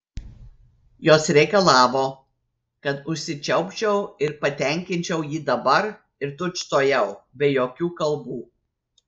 jos reikalavo kad užsičiaupčiau ir patenkinčiau jį dabar ir tučtuojau be jokių kalbų